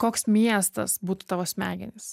koks miestas būtų tavo smegenys